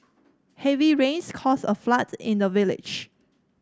heavy rains caused a flood in the village